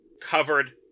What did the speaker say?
covered